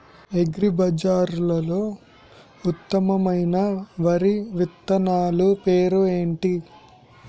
అగ్రిబజార్లో ఉత్తమమైన వరి విత్తనాలు పేర్లు ఏంటి?